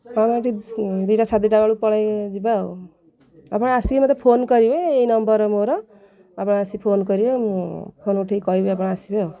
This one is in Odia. ହଁ ଦୁଇଟା ସାତଟା ବେଳକୁ ପଳାଇଯିବା ଆଉ ଆପଣ ଆସିକି ମୋତେ ଫୋନ୍ କରିବେ ଏହି ନମ୍ବର୍ ମୋର ଆପଣ ଆସିକି ଫୋନ୍ କରିବେ ମୁଁ ଫୋନ୍ ଉଠାଇକି କହିବି ଆପଣ ଆସିବେ ଆଉ